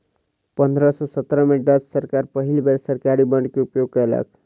पंद्रह सौ सत्रह में डच सरकार पहिल बेर सरकारी बांड के उपयोग कयलक